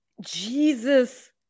Jesus